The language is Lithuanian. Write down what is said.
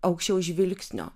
aukščiau žvilgsnio